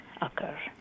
occur